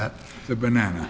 that the banana